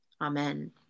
Amen